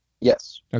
Yes